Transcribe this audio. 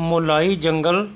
ਮੋਲਾਈ ਜੰਗਲ